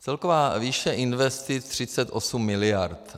Celková výše investic 38 mld.